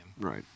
Right